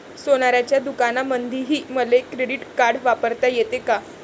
सोनाराच्या दुकानामंधीही मले क्रेडिट कार्ड वापरता येते का?